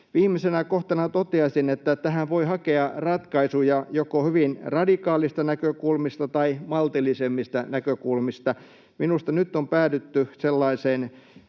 Viimeisenä kohtana toteaisin, että tähän voi hakea ratkaisuja joko hyvin radikaaleista näkökulmista tai maltillisemmista näkökulmista. Minusta nyt on päädytty sellaiseen